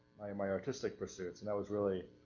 my artistic pursuits, and that was really